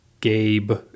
Gabe